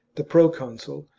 the proconsul,